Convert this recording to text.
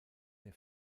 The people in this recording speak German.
der